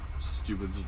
Stupid